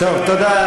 תשמע,